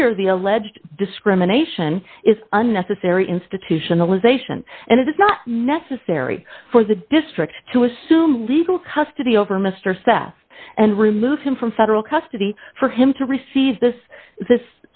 here the alleged discrimination is unnecessary institutionalization and it is not necessary for the district to assume legal custody over mr seth and remove him from federal custody for him to receive this this